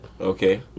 Okay